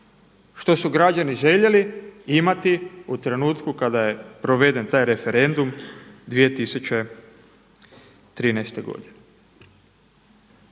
što su građani željeli imati u trenutku kada je proveden taj referendum 2013. godine.